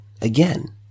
again